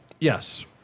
Yes